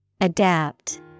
Adapt